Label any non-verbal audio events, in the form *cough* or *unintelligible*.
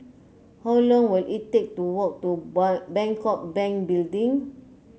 how long will it take to walk to *unintelligible* Bangkok Bank Building